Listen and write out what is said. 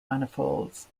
manifolds